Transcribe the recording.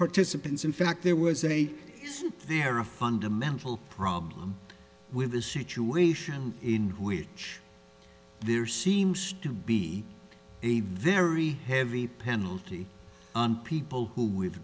participants in fact there was a is there a fundamental problem with the situation in which there seems to be a very heavy penalty on people who wi